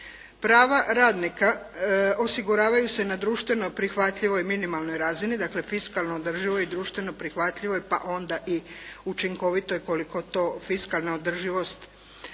prava radnika osiguravaju se na društveno prihvatljivo i minimalnoj razini, dakle fiskalno održivo i društveno prihvatljivo, pa onda i učinkovito i koliko to fiskalna održivost i